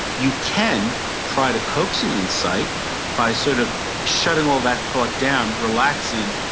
you can try to coax an insight by sort of shutting all that thought down, relaxing,